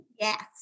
Yes